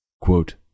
Quote